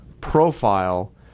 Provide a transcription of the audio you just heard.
profile